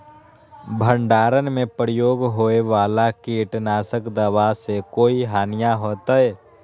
भंडारण में प्रयोग होए वाला किट नाशक दवा से कोई हानियों होतै?